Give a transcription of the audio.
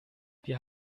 wir